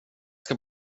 ska